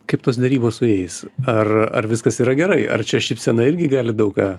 kaip tos derybos su jais ar ar viskas yra gerai ar čia šypsena irgi gali daug ką